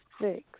six